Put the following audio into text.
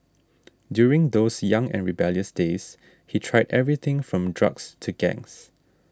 during those young and rebellious days he tried everything from drugs to gangs